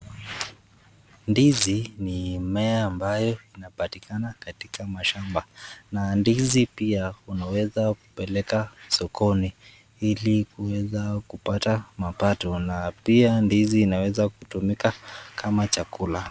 Ndizi ni mmea ambayo inapatikana katika mashamba na ndizi pia unaweza kupeleka sokoni ili kuweza kupata mapato na pia ndizi inaweza kutumika kama chakula.